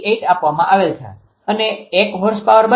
88 આપવામાં આવેલ છે અને 1 હોર્સ પાવર0